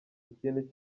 ikintu